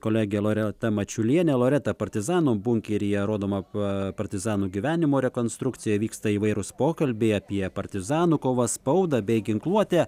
kolegė loreta mačiulienė loreta partizanų bunkeryje rodoma pa partizanų gyvenimo rekonstrukcija vyksta įvairūs pokalbiai apie partizanų kovas spaudą bei ginkluotę